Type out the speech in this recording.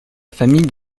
famille